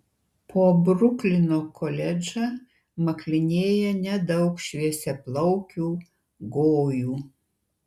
po bruklino koledžą maklinėja nedaug šviesiaplaukių gojų